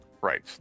right